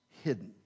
hidden